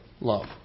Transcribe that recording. love